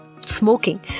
Smoking